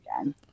again